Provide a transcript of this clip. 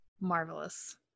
marvelous